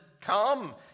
come